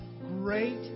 great